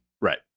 Right